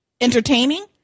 entertaining